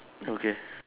okay